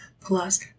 plus